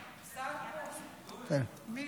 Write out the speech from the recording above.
מי?